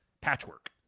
patchwork